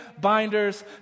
binders